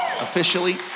officially